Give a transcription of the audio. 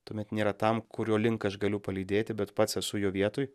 tuomet nėra tam kurio link aš galiu palydėti bet pats esu jo vietoj